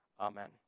Amen